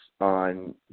on